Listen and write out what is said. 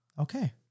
Okay